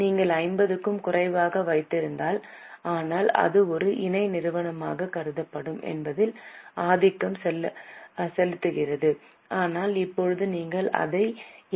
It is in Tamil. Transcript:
நீங்கள் ஐம்பதுக்கும் குறைவாக வைத்திருந்தால் ஆனால் அது ஒரு இணை நிறுவனமாக கருதப்படும் என்பதில் ஆதிக்கம் செலுத்துகிறது ஆனால் இப்போது நீங்கள் அதை என்